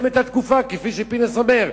את התקופה כפי שחבר הכנסת פינס אומר.